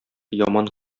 яман